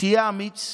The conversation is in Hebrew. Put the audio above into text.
תהיה אמיץ.